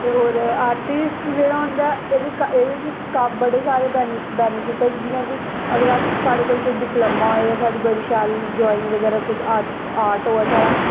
ते होर आर्टिस्ट जेह्ड़ा होंदा ओह्दे च कम्म बड़े सारे बैनीफिट जि'यां के अगर अस साढ़े कोल कोई डिपलोमा होऐ जां बड़ी शैल ड्राईंग बगैरा जां कुछ आर्ट होऐ साढ़ा